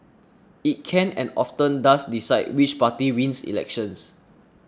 it can and often does decide which party wins elections